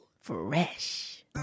Fresh